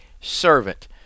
servant